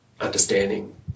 understanding